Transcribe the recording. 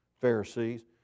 Pharisees